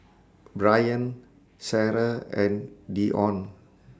Brayan Sara and Deon